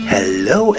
Hello